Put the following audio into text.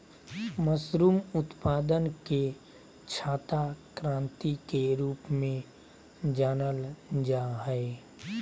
mushroom उत्पादन के छाता क्रान्ति के रूप में जानल जाय हइ